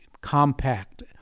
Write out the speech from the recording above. compact